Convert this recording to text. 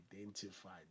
identified